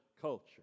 culture